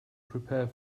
prepare